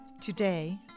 Today